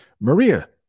Maria